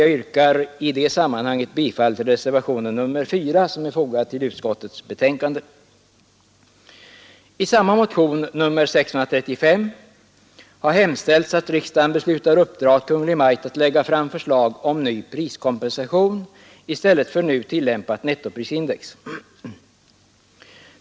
Jag yrkar bifall till den vid utskottets betänkande fogade reservationen 4. I nämnda motion nr 635 har också hemställts att riksdagen beslutar uppdra åt Kungl. Maj:t att lägga fram förslag om en ny priskompensation i stället för nu tillämpat nettoprisindex.